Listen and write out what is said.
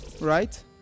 Right